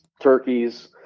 turkeys